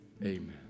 Amen